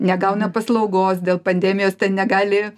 negauna paslaugos dėl pandemijos ten negali